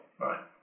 Right